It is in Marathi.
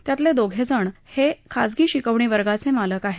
त्यातले दोन जण हे खाजगी शिकवणी वर्गाचे मालक आहेत